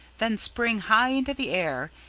then spring high into the air,